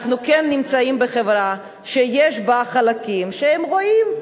אנחנו כן נמצאים בחברה שיש בה חלקים שהם רואים.